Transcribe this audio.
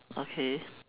okay